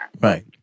Right